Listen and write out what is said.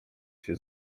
się